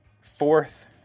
fourth